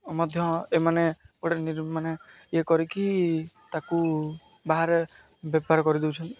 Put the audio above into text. ମଧ୍ୟ ଏମାନେ ଗୋଟେ ମାନେ ଇଏ କରିକି ତା'କୁ ବାହାରେ ବେପାର କରିଦେଉଛନ୍ତି